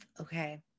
okay